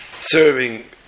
serving